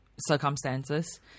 circumstances